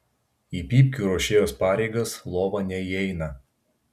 į pypkių ruošėjos pareigas lova neįeina